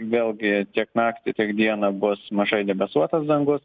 vėlgi tiek naktį tiek dieną bus mažai debesuotas dangus